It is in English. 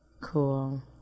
Cool